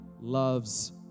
loves